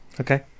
okay